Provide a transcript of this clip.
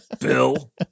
Bill